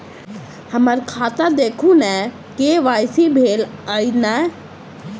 हम्मर खाता देखू नै के.वाई.सी भेल अई नै?